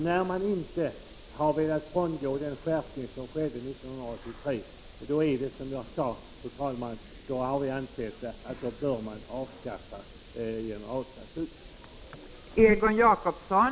När man inte har velat frångå den skärpning som infördes 1983, bör man, fru talman, avskaffa generalklausulen.